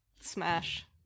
smash